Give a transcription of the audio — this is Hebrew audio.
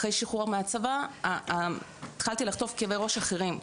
אחרי שחרור מהצבא התחלתי לחטוף כאבי ראש אחרים.